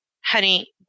honey